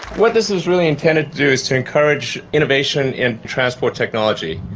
what this is really intended to do is to encourage innovation in transport technology,